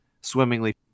swimmingly